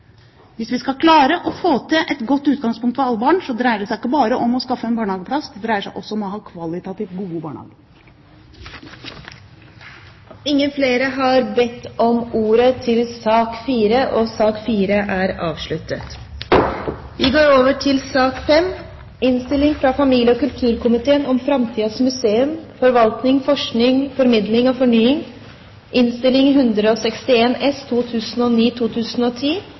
Hvis vi skal klare å få til et godt utgangspunkt for alle barn, dreier det seg ikke bare om å skaffe en barnehageplass, det dreier seg også om å ha kvalitativt gode barnehager. Flere har ikke bedt om ordet til sak nr. 4. Etter ønske fra familie- og kulturkomiteen vil presidenten foreslå at taletiden begrenses til 40 minutter og fordeles med inntil 5 minutter til hvert parti og